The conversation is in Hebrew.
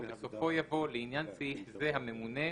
ובסופו יבוא "לעניין סעיף זה, "הממונה"